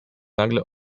nagle